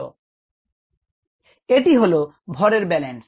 𝐸𝑡 V 𝐸 𝑉 𝐸𝑆 𝑉 এটি হলো ভরের ব্যালেন্স